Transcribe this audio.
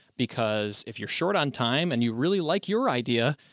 because if you're short on time and you really like your idea,